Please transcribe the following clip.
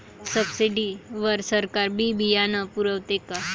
Subsidy वर सरकार बी बियानं पुरवते का?